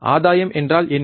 ஆதாயம் என்றால் என்ன